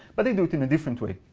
but they do it in a different way.